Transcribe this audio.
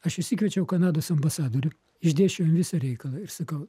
aš išsikviečiau kanados ambasadorių išdėsčiau jam visą reikalą ir sakau